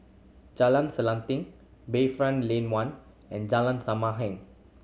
Jalan Selanting Bayfront Lane One and Jalan Sama Heng